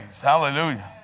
Hallelujah